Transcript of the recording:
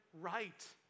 right